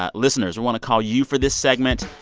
ah listeners, we want to call you for this segment.